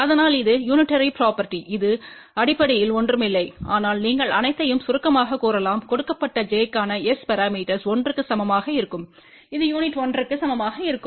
அதனால் இது unitary property இது அடிப்படையில் ஒன்றுமில்லை ஆனால் நீங்கள் அனைத்தையும் சுருக்கமாகக் கூறலாம் கொடுக்கப்பட்ட j க்கான S பரமீட்டர்ஸ் 1 க்கு சமமாக இருக்கும் இது யுனிட் 1 க்கு சமமாக இருக்கும்